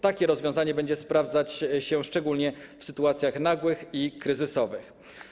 Takie rozwiązanie będzie sprawdzać się szczególnie w sytuacjach nagłych i kryzysowych.